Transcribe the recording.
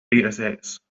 datasets